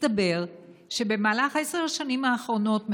מסתבר שבמהלך עשר השנים האחרונות,